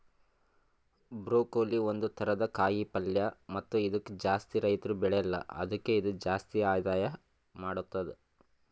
broccoli ಒಂದ್ ಥರದ ಕಾಯಿ ಪಲ್ಯ ಮತ್ತ ಇದುಕ್ ಜಾಸ್ತಿ ರೈತುರ್ ಬೆಳೆಲ್ಲಾ ಆದುಕೆ ಇದು ಜಾಸ್ತಿ ಆದಾಯ ಮಾಡತ್ತುದ